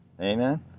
amen